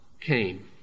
came